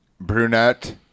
brunette